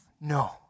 No